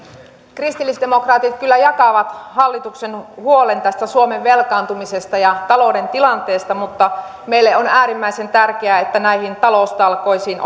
kristillisdemokraatit kyllä jakavat hallituksen huolen tästä suomen velkaantumisesta ja talouden tilanteesta mutta meille on äärimmäisen tärkeää että näihin taloustalkoisiin